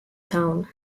town